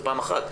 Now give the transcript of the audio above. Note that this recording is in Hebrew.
זאת פעם אחת.